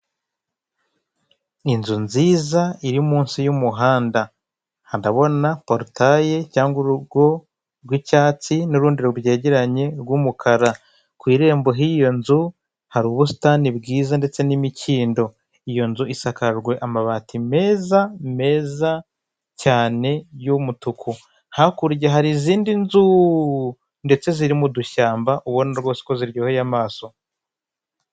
Inzu nziza iri munsi y'umuhanda, ndabona porotaye cyangwa urugo rw'icyatsi, n'urundi byegeranye rw'umukara ku irembo h'iyo nzu hari ubusitani bwiza ndetse n'imikindo iyo nzu isakajwe amabati meza meza cyane y'umutuku, hakurya hari izindi nzu ndetse ziri m'udushyamba, ubona rwose ko ziryoheye amaso.